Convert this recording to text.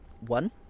one